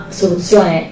soluzione